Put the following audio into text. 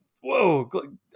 whoa